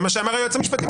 זה מה שאמר היועץ המשפטי,